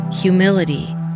humility